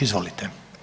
Izvolite.